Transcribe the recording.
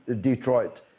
Detroit